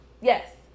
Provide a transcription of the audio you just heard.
Yes